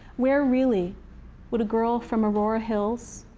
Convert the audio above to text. where really would a girl from a aurora hills,